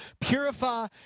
purify